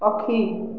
ପକ୍ଷୀ